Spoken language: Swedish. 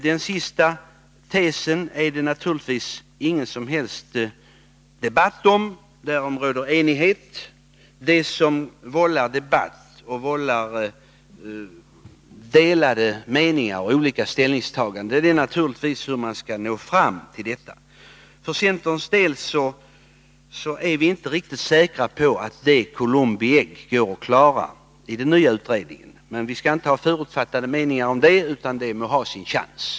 Den sista tesen är det naturligtvis ingen som helst debatt om, utan därom råder enighet. Det som vållar delade meningar och olika ställningstaganden är självfallet hur man skall kunna nå fram till detta mål. Inom centern är vi inte riktigt säkra på att detta Columbi ägg går att klara i den nya utredningen. Men vi skall inte ha förutfattade meningar, utan utredningen må ha sin chans.